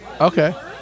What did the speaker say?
Okay